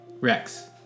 Rex